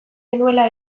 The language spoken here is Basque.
genuela